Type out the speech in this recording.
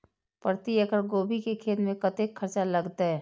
प्रति एकड़ गोभी के खेत में कतेक खर्चा लगते?